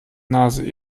nase